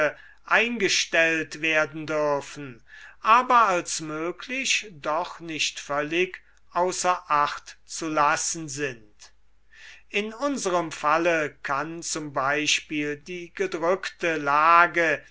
eingestellt werden dürfen aber als möglich doch nicht völlig außer acht zu lassen sind in unserem falle kann z b die gedrückte lage